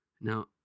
Now